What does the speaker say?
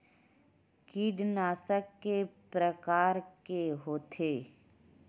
कीटनाशक के प्रकार के होथे?